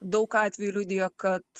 daug atvejų liudijo kad